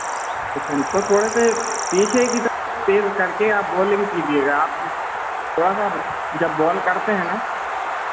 ethane थोड़ा से पीछे की तरह तेल करके आप बॉलिंग कीजिएगा आप थोड़ा सा जब बॉल करते हैं न